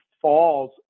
falls